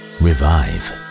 revive